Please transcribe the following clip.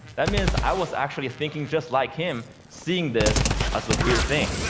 that means i was actually thinking just like him, seeing this as a weird thing.